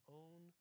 own